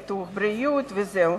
ביטוח בריאות וכו'.